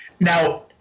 Now